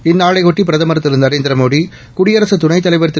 இந்நாளைபொட்டி பிரதமர் திரு நரேந்திரமோடி குடியரகத்துணைத் தலைவர் திரு